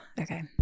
Okay